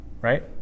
Right